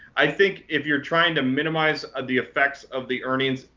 i think if you're trying to minimize ah the effects of the earnings,